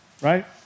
right